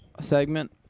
segment